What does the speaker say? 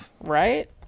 Right